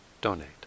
donate